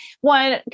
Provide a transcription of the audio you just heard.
one